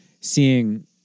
seeing